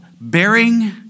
bearing